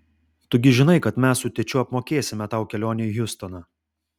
tu gi žinai kad mes su tėčiu apmokėsime tau kelionę į hjustoną